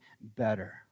better